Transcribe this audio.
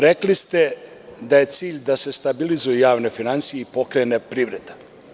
Rekli ste da je cilj da se stabilizuju javne finansije i pokrene privreda.